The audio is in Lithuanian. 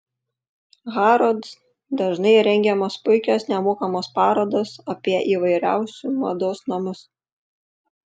harrods dažnai rengiamos puikios nemokamos parodos apie įvairiausiu mados namus